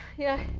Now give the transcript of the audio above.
yeah,